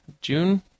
June